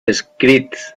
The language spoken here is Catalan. escrits